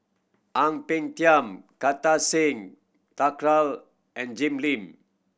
Ang Peng Tiam Kartar Singh Thakral and Jim Lim